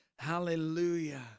Hallelujah